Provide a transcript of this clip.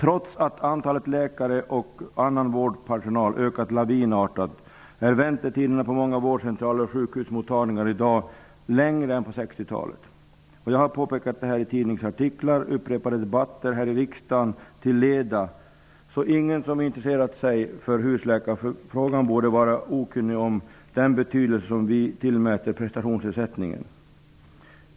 Trots att antalet läkare och annan personal ökat lavinartat är väntetiderna på många vårdcentraler och sjukhusmottagningar i dag längre än på 60-talet. Jag har till leda påpekat detta i tidningsartiklar och i upprepade debatter, bl.a. i riksdagen. Ingen som intresserat sig för husläkarfrågan borde vara okunnig om den betydelse som vi tillmäter prestationsersättningen.